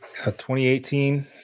2018